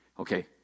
Okay